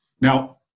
Now